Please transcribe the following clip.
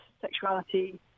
sexuality